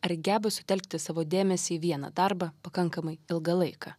ar geba sutelkti savo dėmesį į vieną darbą pakankamai ilgą laiką